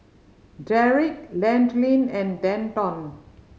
Derick Landin and Denton